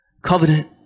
Covenant